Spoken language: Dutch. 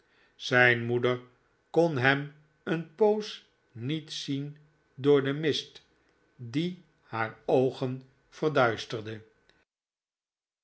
zijn moeder kon hem een poos niet zien door den mist die haar oogen